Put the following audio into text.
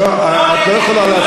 זהו, אתה באופוזיציה.